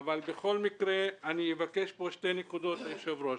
אבל בכל מקרה אני אבקש כאן שתי נקודות, היושב ראש.